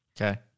Okay